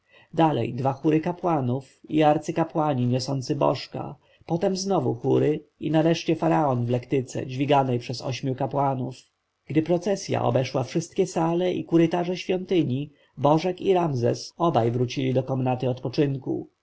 dwa chóry kapłanów i arcykapłani niosący bożka potem znowu chóry i nareszcie faraon w lektyce dźwiganej przez ośmiu kapłanów gdy procesja obeszła wszystkie sale i korytarze świątyni bożek i ramzes obaj wrócili do komnaty odpoczynku